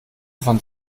von